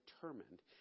determined